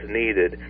needed